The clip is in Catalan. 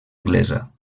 anglesa